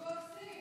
וקורסים.